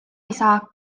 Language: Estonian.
isa